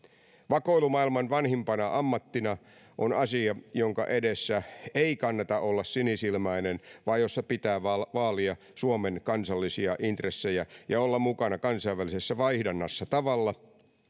vakoilu maailman vanhimpana ammattina on asia jonka edessä ei kannata olla sinisilmäinen vaan jossa pitää vaalia suomen kansallisia intressejä ja olla mukana kansainvälisessä vaihdannassa tavalla jolla